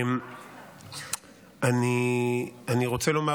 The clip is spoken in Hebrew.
אני רוצה לומר,